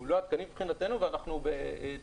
הוא לא עדכני מבחינתנו, ואנחנו בתיקון